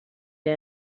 did